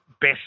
best